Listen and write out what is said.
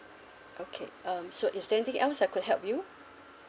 okay um so is there anything else I could help you